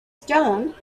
stone